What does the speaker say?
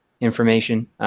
information